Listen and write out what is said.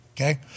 okay